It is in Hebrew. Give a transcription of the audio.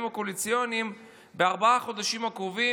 הקואליציוניים בארבעת החודשים הקרובים,